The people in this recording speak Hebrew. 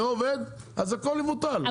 לא עובד אז הכל יבוטל,